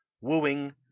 wooing